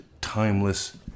timeless